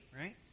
Right